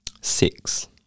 Six